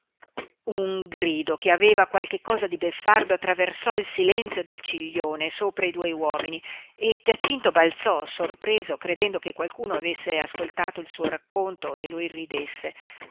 un grido che aveva qualche cosa di beffardo attraversò il silenzio del ciglione sopra i due uomini e giacinto balzò sorpreso credendo che qualcuno avesse ascoltato il suo racconto e lo irridesse